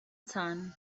son